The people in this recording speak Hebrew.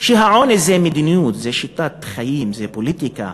שהעוני זה מדיניות, זה שיטת חיים, זה פוליטיקה.